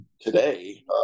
today